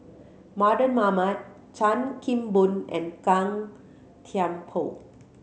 Mardan Mamat Chan Kim Boon and Gan Thiam Poh